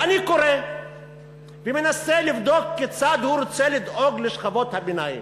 ואני קורא ומנסה לבדוק כיצד הוא רוצה לדאוג לשכבות הביניים.